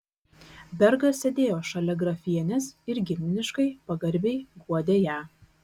bergas sėdėjo šalia grafienės ir giminiškai pagarbiai guodė ją